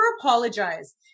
apologize